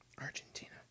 Argentina